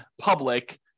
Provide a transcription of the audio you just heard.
public